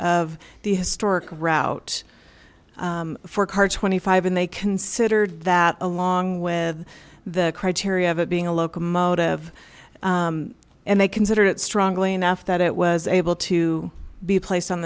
of the historic route for car twenty five and they considered that along with the criteria of it being a locomotive and they considered it strongly enough that it was able to be placed on